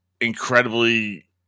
incredibly